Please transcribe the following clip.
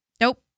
nope